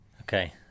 Okay